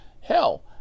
hell